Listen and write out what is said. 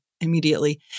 immediately